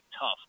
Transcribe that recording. tough